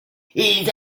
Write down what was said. his